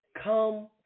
come